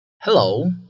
Hello